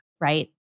right